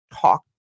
talk